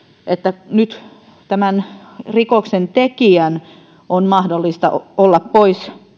että nyt tämän rikoksentekijän on mahdollista olla pois